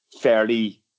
fairly